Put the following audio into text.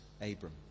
Abram